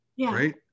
right